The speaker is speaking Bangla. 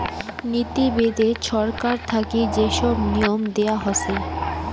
নীতি বেদে ছরকার থাকি যে সব নিয়ম দেয়া হসে